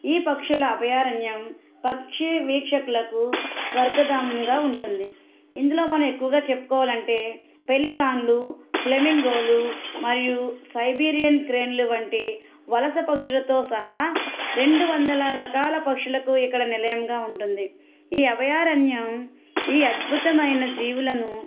ఈ పక్షుల అభయారణ్యం పక్షి వీక్షకులకు స్వర్గధామంగా ఉంటుంది ఇందులో మనం ఎక్కువగా చెప్పుకోవాలంటే పెలికాన్లు ఫ్లెమింగోలు మరియు సైబీరియన్ క్రేన్లు వంటి వలస పక్షులతో సహా రెండు వందల రకాల పక్షులకు ఇక్కడ నిలయంగా ఉంటుంది ఈ అభయారణ్యం ఈ అద్భుతమైన జీవులను